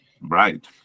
Right